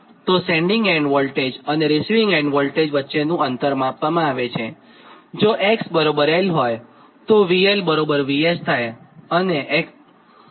તો sending end voltage અને receiving end વચ્ચેનું અંતર માપવામાં આવે છેતો x𝑙 હોયત્યારે V𝑙 VS થાય